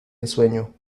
ensueño